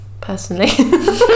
personally